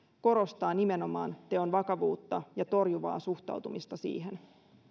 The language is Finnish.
korostaa nimenomaan teon vakavuutta ja torjuvaa suhtautumista siihen